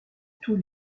tous